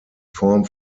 form